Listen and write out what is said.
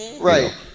Right